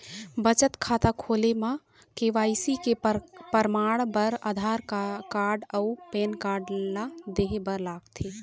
बचत खाता खोले म के.वाइ.सी के परमाण बर आधार कार्ड अउ पैन कार्ड ला देहे बर लागथे